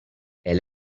elle